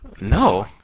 No